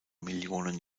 millionen